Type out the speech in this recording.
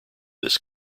this